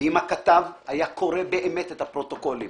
ואם הכתב היה קורא באמת את הפרוטוקולים